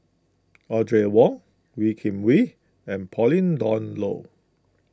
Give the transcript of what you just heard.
Audrey Wong Wee Kim Wee and Pauline Dawn Loh